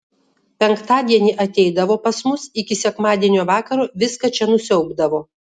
penktadienį ateidavo pas mus iki sekmadienio vakaro viską čia nusiaubdavo